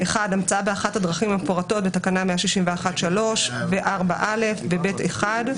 "(1)המצאה באחת הדרכים המפורטות בתקנה 161(3) ו-(4)(א) ו-(ב)(1),